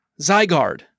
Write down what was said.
Zygarde